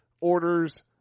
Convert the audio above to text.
orders